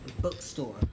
Bookstore